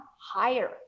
higher